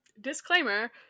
disclaimer